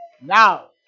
now